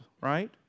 right